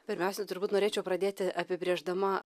pirmiausia turbūt norėčiau pradėti apibrėždama